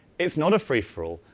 it's not a free-for-all.